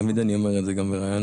תמיד אני אומר את זה, גם בריאיונות,